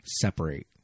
separate